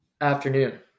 afternoon